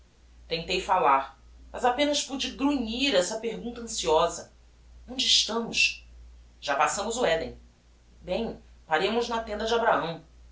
tentei fallar mas apenas pude grunhir esta pergunta anciosa onde estamos já passámos o eden bem paremos na tenda de abrahão